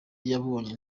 yabonye